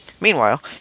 Meanwhile